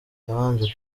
yabanje